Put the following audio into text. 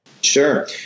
Sure